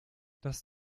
das